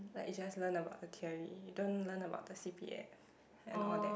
like you just learn about the theory you don't learn about the c_p_f and all that